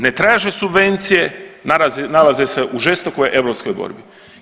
Ne traže subvencije, nalaze se u žestokoj europskoj borbi.